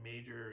major